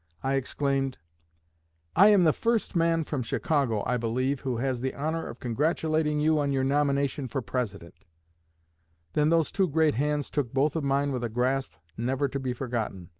i exclaimed i am the first man from chicago, i believe, who has the honor of congratulating you on your nomination for president then those two great hands took both of mine with a grasp never to be forgotten.